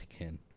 again